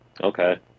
okay